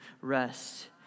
rest